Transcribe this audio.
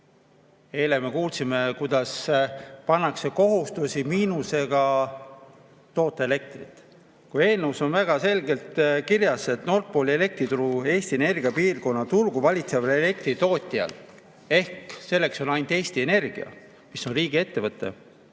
Eile me kuulsime, kuidas pannakse kohustus toota miinusega elektrit, kuigi eelnõus on väga selgelt kirjas, et Nord Pooli elektrituru Eesti energiapiirkonna turgu valitseval elektritootjal – selleks on ainult Eesti Energia, mis on riigiettevõte